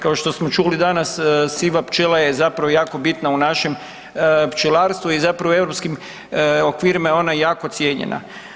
Kao što smo čuli danas siva pčela je zapravo jako bitna u našem pčelarstvu i u europskim okvirima je ona jako cijenjena.